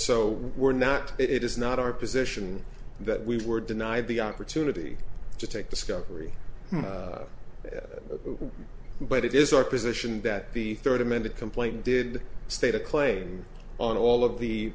so we're not it is not our position that we were denied the opportunity to take discovery but it is our position that the third amended complaint did state a claim on all of the